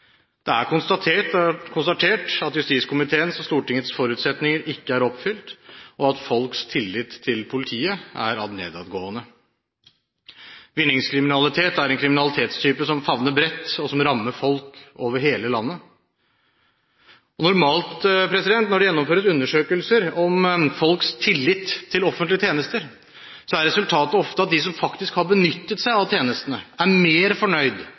Det er konstatert at justiskomiteens og Stortingets forutsetninger ikke er oppfylt, og at folks tillit til politiet er ad nedadgående. Vinningskriminalitet er en kriminalitetstype som favner bredt, og som rammer folk over hele landet. Normalt er det slik at når det gjennomføres undersøkelser om folks tillit til offentlige tjenester, er resultatet ofte at de som faktisk har benyttet seg av tjenestene, er mer fornøyd